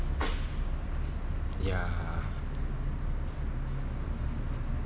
ya